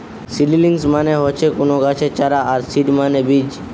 seedlings মানে হচ্ছে কুনো গাছের চারা আর সিড মানে বীজ